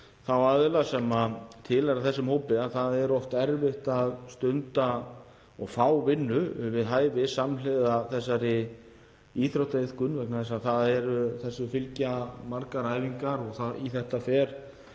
þá aðila sem tilheyra þessum hópi að það er oft erfitt að stunda og fá vinnu við hæfi samhliða þessari íþróttaiðkun vegna þess að þessu fylgja margar æfingar og í þetta fer